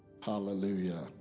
Hallelujah